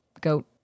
goat